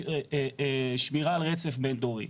יש שמירה על רצף בין-דורי.